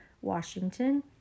Washington